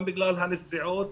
גם בגלל הנסיעות.